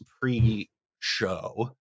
pre-show